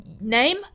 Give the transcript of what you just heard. Name